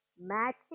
matching